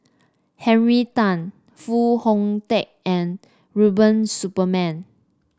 Henry Tan Foo Hong Tatt and Rubiah Suparman